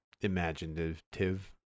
imaginative